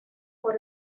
por